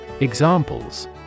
Examples